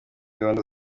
gahunda